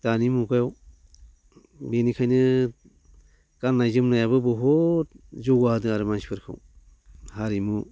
दानि मुगायाव बेनिखायनो गाननाय जोमनायाबो बहुज जौगाहोदों आरो मानसिफोरखौ हारिमु